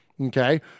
Okay